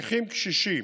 נכים קשישים,